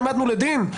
העמדנו לדין.